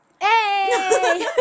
hey